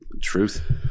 Truth